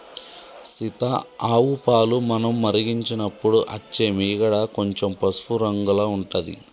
సీత ఆవు పాలు మనం మరిగించినపుడు అచ్చే మీగడ కొంచెం పసుపు రంగుల ఉంటది